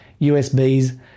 USBs